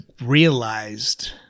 realized